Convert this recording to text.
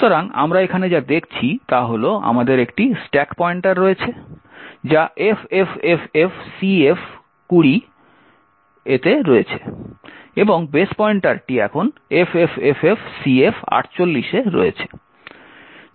সুতরাং আমরা এখানে যা দেখছি তা হল আমাদের একটি স্ট্যাক পয়েন্টার রয়েছে যা FFFFCF20 তে রয়েছে এবং বেস পয়েন্টারটি এখন FFFFCF48 এ রয়েছে